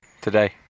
today